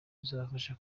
bizabafasha